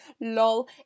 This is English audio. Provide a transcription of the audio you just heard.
LOL